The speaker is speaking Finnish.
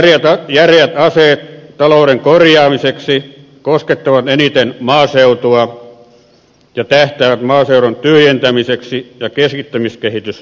hallituksen järeät aseet talouden korjaamiseksi koskettavat eniten maaseutua ja tähtäävät maaseudun tyhjentämiseen ja keskittämiskehitys jatkuu